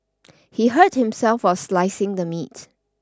he hurt himself while slicing the meat